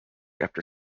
after